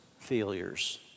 failures